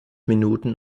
minuten